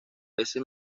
ese